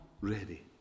ready